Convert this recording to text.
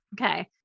okay